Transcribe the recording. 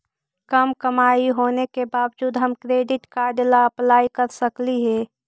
कम कमाई होने के बाबजूद हम क्रेडिट कार्ड ला अप्लाई कर सकली हे?